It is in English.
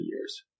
years